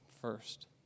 first